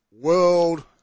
World